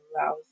allows